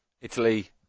Italy